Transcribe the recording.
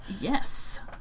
Yes